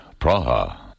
Praha